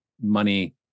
money